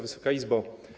Wysoka Izbo!